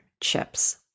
chips